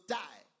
die